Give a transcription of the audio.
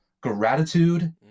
gratitude